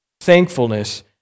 thankfulness